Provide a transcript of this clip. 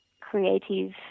creative